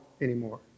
anymore